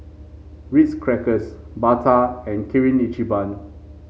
Ritz Crackers Bata and Kirin Ichiban